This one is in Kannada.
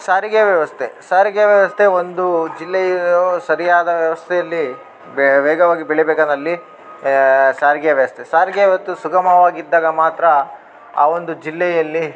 ಸಾರಿಗೆ ವ್ಯವಸ್ಥೆ ಸಾರಿಗೆ ವ್ಯವಸ್ಥೆ ಒಂದು ಜಿಲ್ಲೆಯು ಸರಿಯಾದ ವ್ಯವಸ್ಥೆಯಲ್ಲಿ ಬೆ ವೇಗವಾಗಿ ಬೆಳಿಬೇಕಾದಲ್ಲಿ ಸಾರಿಗೆಯ ವ್ಯವಸ್ಥೆ ಸಾರಿಗೆ ಯಾವತ್ತೂ ಸುಗಮವಾಗಿ ಇದ್ದಾಗ ಮಾತ್ರ ಆ ಒಂದು ಜಿಲ್ಲೆಯಲ್ಲಿ